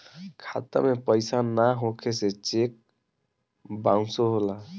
खाता में पइसा ना होखे से चेक बाउंसो होला